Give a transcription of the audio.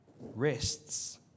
rests